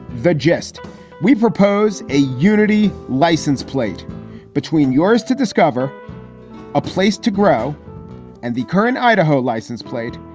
the jeste we propose a unity license plate between yours to discover a place to grow and the current idaho license plate.